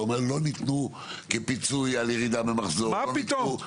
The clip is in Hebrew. אתה אומר שלא ניתנו כפיצוי על ירידה במחזור -- מה פתאום.